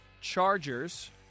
Chargers